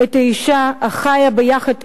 את האשה החיה ביחד